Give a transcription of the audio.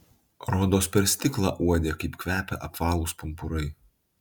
rodos per stiklą uodė kaip kvepia apvalūs pumpurai